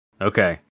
Okay